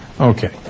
Okay